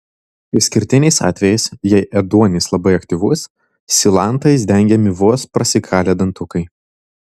išskirtiniais atvejais jei ėduonis labai aktyvus silantais dengiami vos prasikalę dantukai